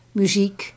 muziek